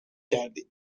کردیم